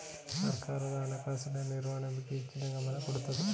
ಸರ್ಕಾರ ಹಣಕಾಸಿನ ನಿರ್ವಹಣೆ ಬಗ್ಗೆ ಹೆಚ್ಚಿನ ಗಮನ ಕೊಡುತ್ತದೆ